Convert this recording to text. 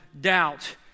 doubt